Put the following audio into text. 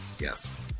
Yes